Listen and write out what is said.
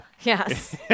Yes